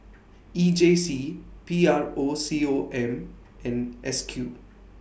E J C P R O C O M and S Q